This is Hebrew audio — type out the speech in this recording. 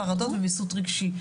חרדות וויסות רגשי,